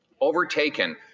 overtaken